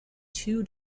two